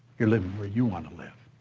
you're living where you want to live.